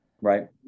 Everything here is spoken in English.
right